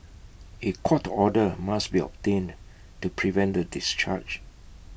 A court order must be obtained to prevent the discharge